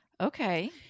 okay